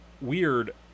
weird